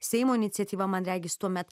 seimo iniciatyva man regis tuomet